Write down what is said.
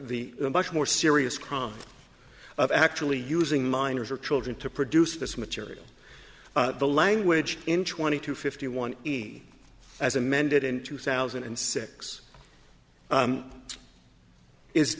the much more serious crime of actually using minors or children to produce this material the language in twenty two fifty one as amended in two thousand and six